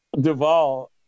Duvall